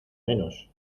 menos